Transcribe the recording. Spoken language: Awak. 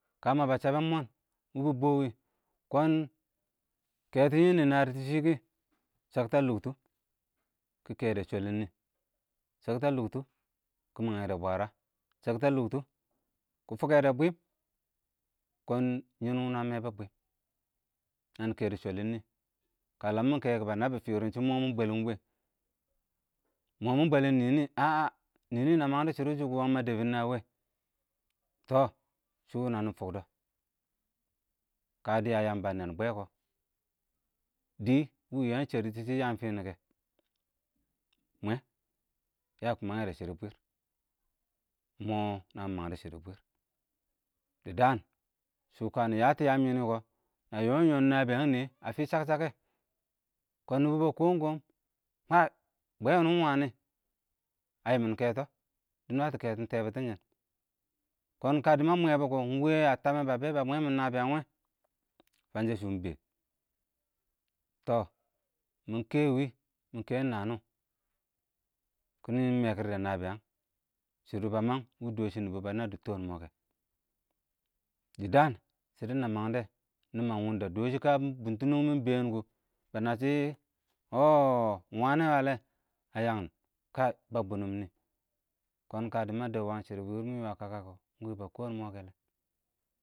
kəmə bə chəbɛn mɔn wʊ bɔɔ wɪ, kɔn kɛtɪ nɪn nɪ nərtɪ shɪ kɪ shaktaluktu kɪ kedu shulelen nɪ shaktluktu kɪ mangede bwara, shəktə lʊktʊ kɪ kɛdɛ shwalɪn nɪ, shək təlʊktʊ kɪ məngdɛ bwərə, shəktə lʊktʊ kɪ məngdɛ bwɪm,kɔn nɪnwʊ nə mɛ bʊ bwɪm, nənɪ kɛdʊ shwəlɪn ɪng nɪɪ, kələm mɪ kɛ kʊ nə nəbb bɪ fɪrɪn shɪ ɪng mɔ mɪ bwəlɪng wɛ, ɪng mɔ mɪ bwəlɪn nɪnɪ, əə nɪnɪnə məngdʊ ɪng shɪdɪn shɪ ɪng mɔ mə dɛbɪn ɪng nə wɛ? toh shʊ nənɪ fʊkdɔ, kə dɪyə Yəmbə ə nɛn bwɛ kɔ, dɪ wʉ shiꞋ nyəng shɛrshɪ shʊ yəng fɪnɪ kɛ, mwɛ, yə məgɛ dɛ shɪdʊ bwɪr. ɪng mɔ nəmɪ məngdʊ shɪdɔ bwɪr, dɪ dəən sʊ kənɪ yatɔ yəən yɛ nɪnɪkɔ nə yɔɔm-yɔɔm nəbɪyəng nɪyɛ ə fɪ sək-sək kɛ, kɔɔn nɪbʊ bə kɔɔm-kɔɔm ba, bə bwɛ wʊnʊ ɪng wənɪ, ə yɪmɪn kɛtɔ, dɪ nwətɔ kɛtɔn tɛn bɪ tɪnshɪn, kɔn kədɪ mə mwɛbʊkɔ ɪng wɛ ə təmɛ bə bɛ bə mwɛmɪn nəbɪyən wɛ? fən shɛ shʊ ɪng bɛɛn, tɔ, mɪ kɛyɪ wɪ, mɪkɛn nənɪ wɔ, kɪnɪ mɛkɪrdɛ nəbɪyəng shɪdo bə məng wɪɪ dɔshɪ nɪbɔ bə nədɪ tɔɔn ɪng mɔɔ kɛ, dɪ dəən shɪdɪ nə məngdɛ nɪ məng wɪɪ də dɔshɪ kənɪ bɪntɪmɪn ɪng bɛɛn kɔ, bə nəsshɪ ɔh ɪng mɔ wəna kəlɛ, ə yəghɪn kəɪ bə bʊnʊm nɪ, kɔn kədɪ mə dɛb wəng shɪdɔ bwɪr mɪ yɔ ə kəkə kɔ ɪng wɛ bə kɔɔm mɔ kɛ lɛ.